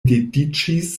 dediĉis